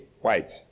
white